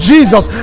Jesus